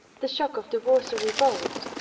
the shock of the warsaw revolt,